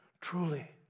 Truly